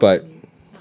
then terlipat